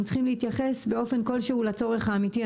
הם צריכים להתייחס באופן כלשהו לצורך האמיתי.